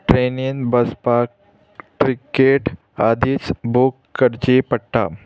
ट्रेनीन बसपाक टिकेट आदींच बूक करची पडटा